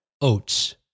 oats